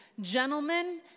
gentlemen